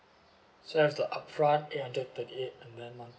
so I have to upfront eight hundred and thirty eight and then